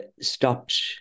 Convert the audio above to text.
stopped